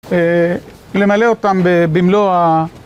למלא אותם במלוא ה...